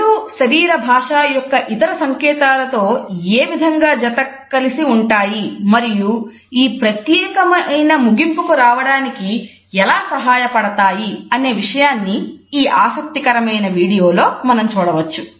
కళ్ళు శరీర భాష యొక్క ఇతర సంకేతాలతో ఏ విధంగా జతకలిసి ఉంటాయి మరియు ఒక ప్రత్యేకమైన ముగింపు కు రావడానికి ఎలా సహాయ పడతాయి అనే విషయాన్ని ఈ ఆసక్తికరమైన వీడియోలో మనం చూడవచ్చు